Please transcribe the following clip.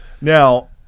Now